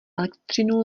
elektřinu